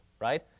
right